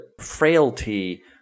frailty –